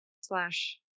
Slash